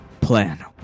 Plan